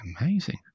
amazing